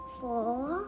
four